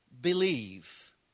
believe